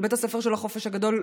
של בית הספר של החופש הגדול,